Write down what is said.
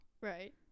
Right